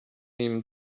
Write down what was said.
him